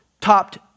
topped